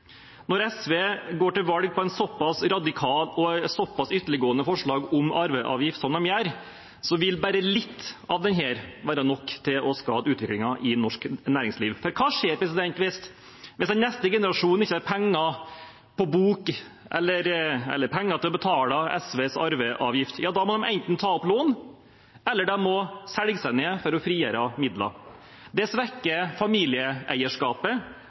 Når SV går til valg på et såpass radikalt og ytterliggående forslag om arveavgift som de gjør, vil bare litt av det være nok til å skade utviklingen i norsk næringsliv. For hva skjer hvis den neste generasjonen ikke har penger på bok eller penger til å betale SVs arveavgift? Da må de enten ta opp lån eller selge seg ned for å frigjøre midler. Det svekker familieeierskapet